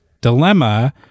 dilemma